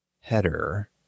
header